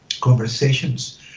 conversations